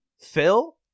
phil